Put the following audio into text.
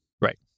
Right